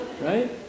Right